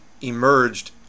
emerged